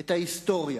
את ההיסטוריה,